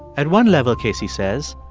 at one level, casey says,